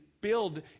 build